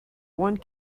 one